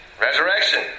Resurrection